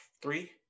three